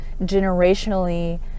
generationally